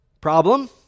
Problem